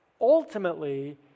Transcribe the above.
ultimately